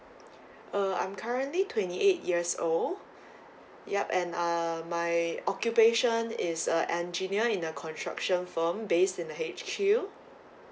uh I'm currently twenty eight years old yup and uh my occupation is a engineer in a construction firm base in the H_Q